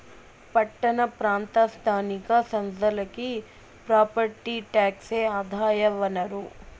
పట్టణ ప్రాంత స్థానిక సంస్థలకి ప్రాపర్టీ టాక్సే ఆదాయ వనరు